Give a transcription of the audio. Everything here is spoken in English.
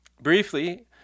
Briefly